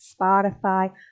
spotify